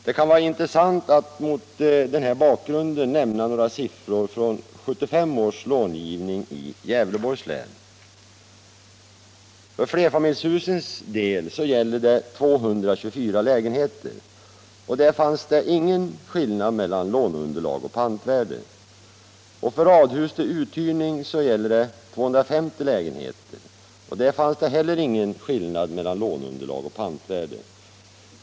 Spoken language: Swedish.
Det kan vara intressant att mot den här bakgrunden nämna några siffror från 1975 års lånegivning i Gävleborgs län. För flerfamiljshusens del gäller det 224 lägenheter. Där fanns det ingen skillnad mellan låneunderlag och pantvärde. För radhus till utyrning gäller det 250 lägenheter. Där fanns det heller ingen skillnad mellan låneunderlag och pantvärde.